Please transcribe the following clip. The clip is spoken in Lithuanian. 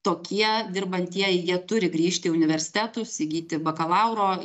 tokie dirbantieji jie turi grįžti į universitetus įgyti bakalauro